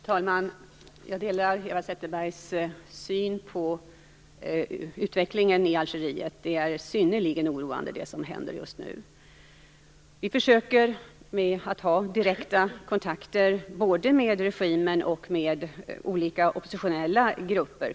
Fru talman! Jag delar Eva Zetterbergs syn på utvecklingen i Algeriet. Det är synnerligen oroande det som händer just nu. Vi försöker ha direkta kontakter både med regimen och med olika oppositionella grupper.